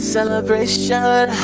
Celebration